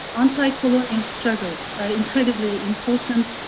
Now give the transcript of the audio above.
anticolonial struggles are incredibly important,